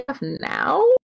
now